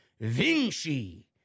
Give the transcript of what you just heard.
Vinci